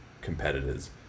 competitors